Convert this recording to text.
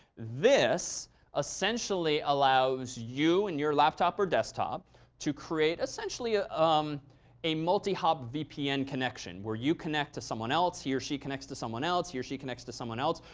this essentially allows you and your laptop or desktop to create essentially ah um a multi-hub vpn connection. where you connect to someone else, he or she connects to someone else, he or she connects to someone else.